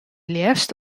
leafst